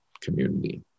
community